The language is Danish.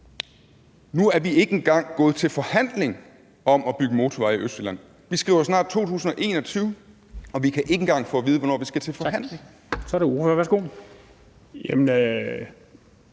Nu er vi ikke engang gået til forhandling om at bygge motorveje i Østjylland – vi skriver snart 2021, og vi kan ikke engang få at vide, hvornår vi skal til forhandling. Kl. 10:35 Formanden (Henrik